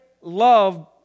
love